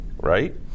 right